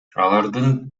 алардын